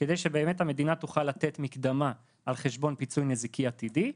כדי שהמדינה תוכל לתת מקדמה על חשבון פיצוי נזיקי עתידי,